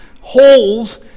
holes